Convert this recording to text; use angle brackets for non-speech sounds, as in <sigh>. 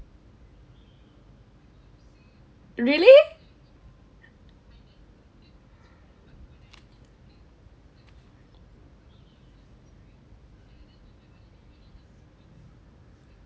really <breath>